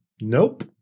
Nope